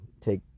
take